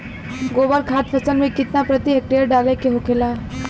गोबर खाद फसल में कितना प्रति हेक्टेयर डाले के होखेला?